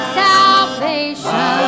salvation